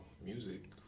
music